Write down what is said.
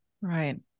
Right